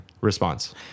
response